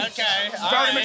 Okay